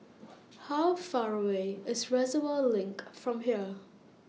How Far away IS Reservoir LINK from here